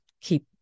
keep